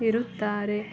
ಇರುತ್ತಾರೆ